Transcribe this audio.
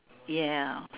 ya